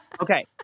Okay